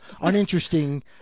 uninteresting